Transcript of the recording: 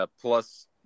plus